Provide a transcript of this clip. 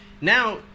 now